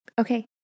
Okay